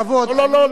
לא, לא.